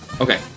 Okay